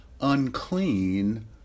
unclean